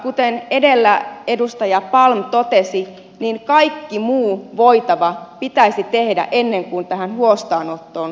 kuten edellä edustaja palm totesi niin kaikki muu voitava pitäisi tehdä ennen kuin tähän huostaanottoon mennään